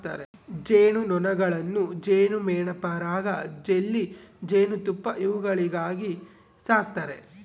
ಜೇನು ನೊಣಗಳನ್ನು ಜೇನುಮೇಣ ಪರಾಗ ಜೆಲ್ಲಿ ಜೇನುತುಪ್ಪ ಇವುಗಳಿಗಾಗಿ ಸಾಕ್ತಾರೆ